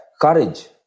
courage